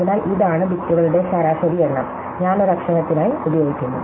അതിനാൽ ഇതാണ് ബിറ്റുകളുടെ ശരാശരി എണ്ണം ഞാൻ ഒരു അക്ഷരത്തിനായി ഉപയോഗിക്കുന്നു